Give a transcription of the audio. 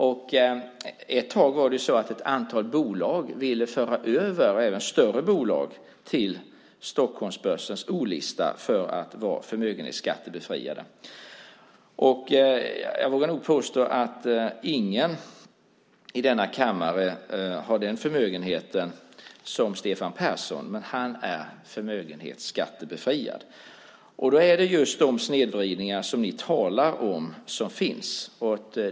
Och ett tag ville ett antal bolag föra över även större bolag till Stockholmsbörsens O-lista för att vara förmögenhetsskattebefriade. Jag vågar nog påstå att ingen i denna kammare har den förmögenhet som Stefan Persson har, men han är förmögenhetsskattebefriad. Och då är det just de snedvridningar som ni talar om som finns.